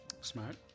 smart